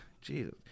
Jesus